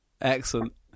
Excellent